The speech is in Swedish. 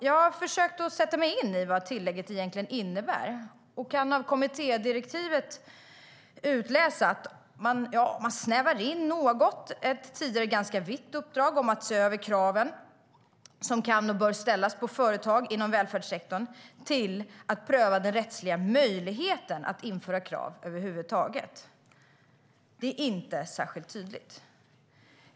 Jag har försökt sätta mig in i vad tillägget egentligen innebär och kan av kommittédirektivet utläsa att man något snävar in ett tidigare ganska brett uppdrag, att se över kraven som kan och bör ställas på företag inom välfärdssektorn, till att pröva den rättsliga möjligheten att införa krav över huvud taget. Det är inte särskilt tydligt.